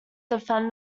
defend